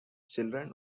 children